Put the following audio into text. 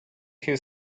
his